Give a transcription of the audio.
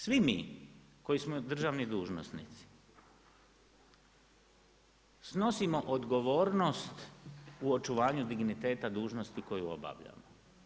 Svi mi koji smo državni dužnosnici, snosimo odgovornost u očuvanju digniteta dužnosti koji obavljamo.